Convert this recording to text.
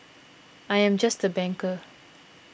I am just a banker